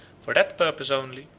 for that purpose only,